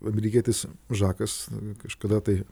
amerikietis žakas kažkada tai